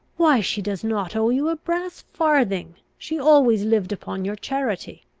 why she does not owe you a brass farthing she always lived upon your charity!